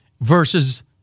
versus